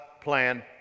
plan